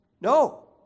No